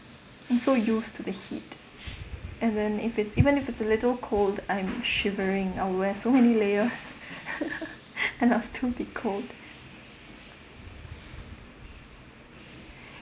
I'm so used to the heat and then if it's even if it's a little cold I'm shivering I wear so many layers and I'll still be cold